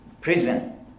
prison